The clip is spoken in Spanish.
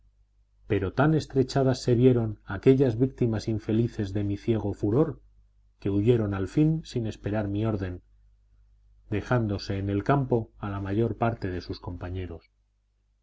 pero tan estrechadas se vieron aquellas víctimas infelices de mi ciego furor que huyeron al fin sin esperar mi orden dejándose en el campo a la mayor parte de sus compañeros